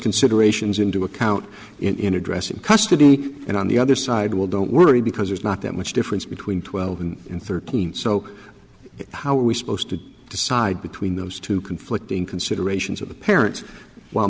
considerations into account in addressing custody and on the other side will don't worry because there's not that much difference between twelve and thirteen so how are we supposed to decide between those two conflicting considerations of the parents w